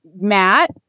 matt